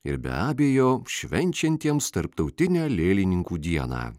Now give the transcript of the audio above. ir be abejo švenčiantiems tarptautinę lėlininkų dieną